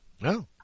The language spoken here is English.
No